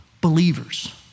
believers